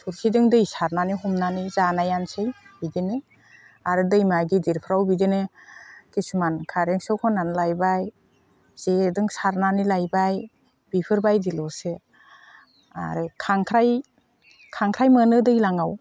थोरसिजों दै सारनानै हमनानै जानायानोसै बिदिनो आरो दैमा गिदिरफ्राव बिदिनो किसुमान खारेन्ट सक होनानै लायबाय जेजों सारनानै लायबाय बेफोरबायदिल'सो आरो खांख्राइ खांख्राइ मोनो दैज्लाङाव